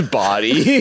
body